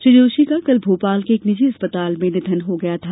श्री जोशी का कल भोपाल के एक निजी अस्पताल में निधन हो गया था